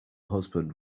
husband